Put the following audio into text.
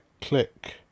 Click